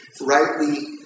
rightly